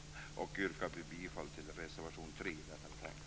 Slutligen yrkar jag bifall till reservation 3 i detta betänkande.